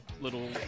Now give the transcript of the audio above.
little